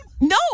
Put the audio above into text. No